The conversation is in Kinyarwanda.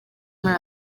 muri